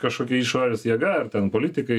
kažkokia išorės jėga ar ten politikai